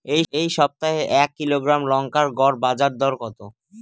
এই সপ্তাহে এক কিলোগ্রাম লঙ্কার গড় বাজার দর কত?